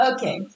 Okay